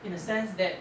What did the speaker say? in a sense that